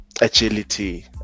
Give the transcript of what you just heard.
agility